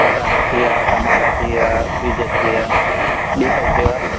पटटा थी विया टमाटा थी विया पीज़ थी विया ॿी काई सेवा